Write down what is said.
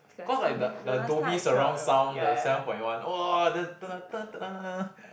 cause like the the Dhoby surround sound the seven point one !wah!